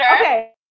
Okay